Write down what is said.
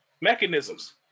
mechanisms